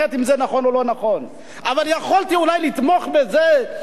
אבל יכולתי אולי לתמוך בזה אם הייתי